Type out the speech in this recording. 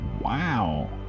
wow